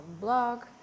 blog